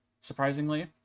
surprisingly